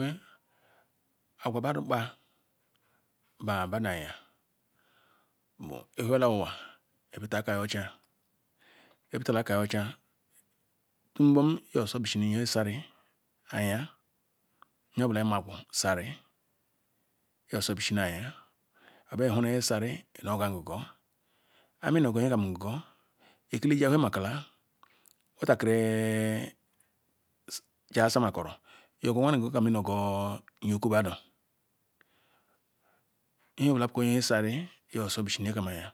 Weh agwa badu nkpa bah anya bu ihuolam mah beteh akah-yi ocha ebctali akah-yi ocha otu mbom inah sobishinye sanu anya nyeobula imahgwu nsaru inoh so-beh shina oba ihana nye sanu inah goh yah ngigoh ah inah goh nyekam ngigoh ekile giwa huomakala worakiri jah somakoro or nyeokoadu nye obula buko nye sanme nyoi sobeh sini nyekam anys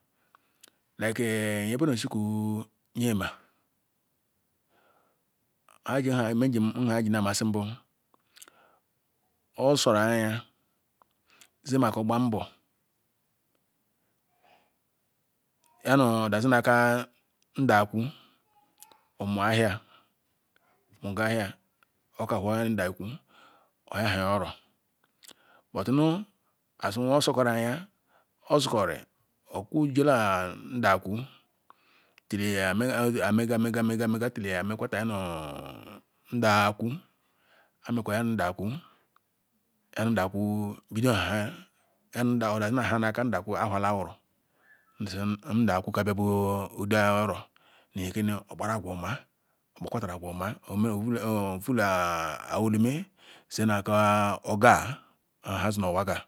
ellie nyebene seku nyeam aji nyam aji si mbom osara anya zimako gba mbor nhenu dazi nah kah ndah ku omu ahia okah whuola nu ndah ikwu oryahah oro but nu asi nuoi sokoro anua ozikorori okwyjola ndah ikwu ayi mekwahia yani ndah iku yani ndah kwu bidohahia nyani ndah ikwu ozi nah ahah nu idah ikwu ahuah la wuru isi ndah ikwu kah bia bia oro nu okpara agnah omah okpakwatara agwah omah nu ovula awirimeh zena akah ogah obu nheha zinu owah kah.